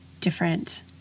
different